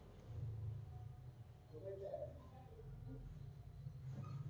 ಮಳಿನೇರು ಹೊಲದಾಗ ನಿಂತ ಹೋಗಬೇಕ ಅಂದಾಗ ಮಣ್ಣು ಸೌಕ್ಳಿ ಬರುದಿಲ್ಲಾ ಮತ್ತ ವಡ್ಡಗಳಿಗೆ ಗಡ್ಡಿಹಲ್ಲು ಹಚ್ಚುದ್ರಿಂದ ನೇರಷ್ಟ ಹೊಕೈತಿ